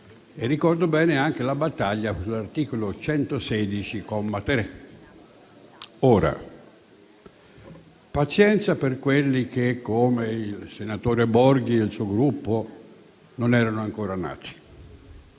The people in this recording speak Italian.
ricordo bene anche la battaglia sull'articolo 116, comma 3. Ora, pazienza per quelli che, come il senatore Borghi e il suo Gruppo, non erano ancora nati.